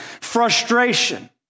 frustration